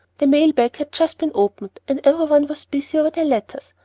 the mailbag had just been opened, and everyone was busy over their letters,